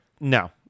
No